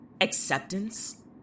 Acceptance